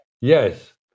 Yes